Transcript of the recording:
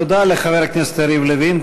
תודה לחבר הכנסת יריב לוין,